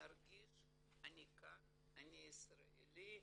להרגיש "אני כאן, אני ישראלי,